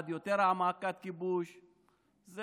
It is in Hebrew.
זה